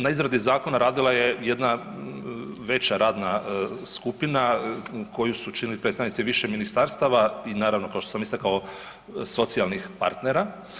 Na izradi zakona radila je jedna veća radna skupina koju su činili predstavnici više ministarstava i naravno kao što sam istakao, socijalnih partnera.